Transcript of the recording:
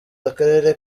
akarere